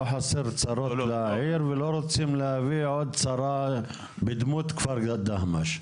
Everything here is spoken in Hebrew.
לא חסר צרות לעיר ולא רוצים להביא עוד צרה בדמות כפר דהמש.